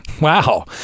Wow